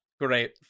Great